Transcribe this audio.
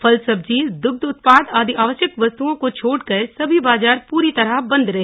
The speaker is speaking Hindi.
फल सब्जी दुग्ध उत्पाद आदि आवश्यक वस्तुओं को छोड कर सभी बाजार पूरी तरह बंद रहे